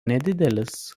nedidelis